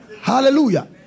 Hallelujah